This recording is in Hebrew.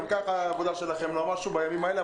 גם ככה העבודה שלכם לא משהו בימים האלה,